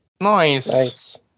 Nice